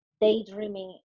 daydreaming